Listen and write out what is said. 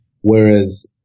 whereas